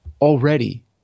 already